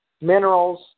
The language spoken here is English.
minerals